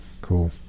Cool